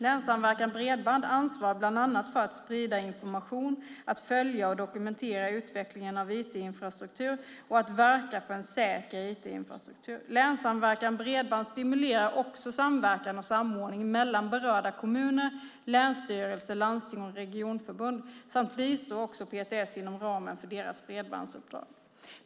Länssamverkan Bredband ansvarar bland annat för att sprida information, att följa och dokumentera utvecklingen av IT-infrastruktur och att verka för en säker IT-infrastruktur. Länssamverkan Bredband stimulerar också samverkan och samordning mellan berörda kommuner, länsstyrelser, landsting och regionförbund samt bistår också PTS inom ramen för deras bredbandsuppdrag.